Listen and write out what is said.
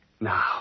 now